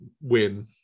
win